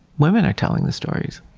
women are telling the stories.